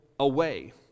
away